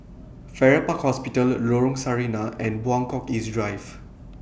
Farrer Park Hospital Lorong Sarina and Buangkok East Drive